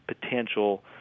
potential